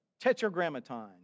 Tetragrammaton